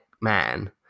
man